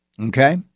Okay